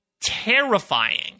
terrifying